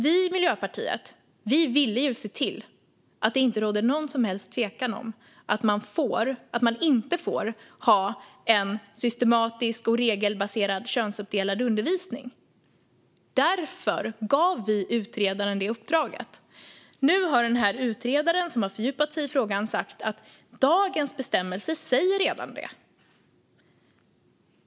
Vi i Miljöpartiet ville ju se till att det inte råder något som helst tvivel om att man inte får ha en systematiskt och regelbaserat könsuppdelad undervisning. Därför gav vi utredaren det uppdraget. Nu har utredaren, som har fördjupat sig i frågan, sagt att dagens bestämmelse redan säger det.